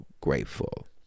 grateful